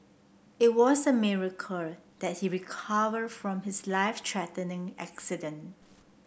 it was a miracle that he recover from his life threatening accident